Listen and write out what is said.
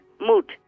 mood